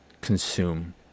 consume